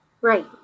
Right